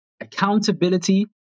accountability